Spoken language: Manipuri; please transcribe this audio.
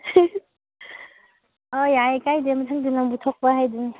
ꯑꯥꯎ ꯌꯥꯏꯌꯦ ꯀꯥꯏꯗꯦ ꯃꯊꯪꯗ ꯅꯪꯅ ꯄꯨꯊꯣꯛꯄ ꯍꯥꯏꯗꯨꯅꯤ